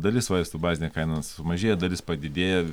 dalis vaistų bazinė kaina sumažėja dalis padidėja